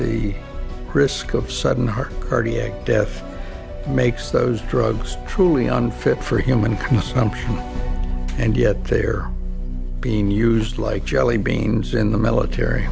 the risk of sudden heart cardiac death makes those drugs truly unfit for human consumption and yet they're being used like jelly beans in the military